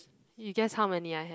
you guess how many I have